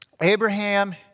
Abraham